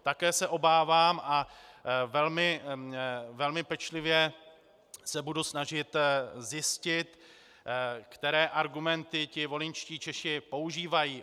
Také se obávám a velmi pečlivě se budu snažit zjistit, které argumenty volyňští Češi používají.